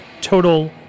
Total